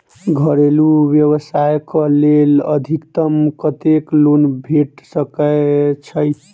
घरेलू व्यवसाय कऽ लेल अधिकतम कत्तेक लोन भेट सकय छई?